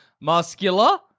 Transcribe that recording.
muscular